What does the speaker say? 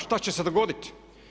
Šta će se dogoditi?